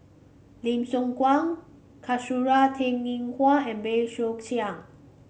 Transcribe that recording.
Lim Siong Guan Kasura Teng Ying Hua and Bey Soo Khiang